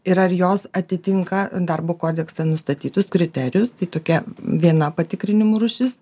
ir ar jos atitinka darbo kodekse nustatytus kriterijus tai tokia viena patikrinimų rūšis